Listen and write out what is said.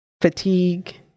fatigue